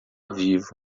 vivo